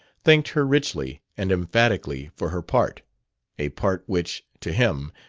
thanked her richly and emphatically for her part a part which, to him,